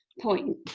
point